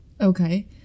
Okay